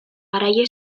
garaile